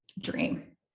dream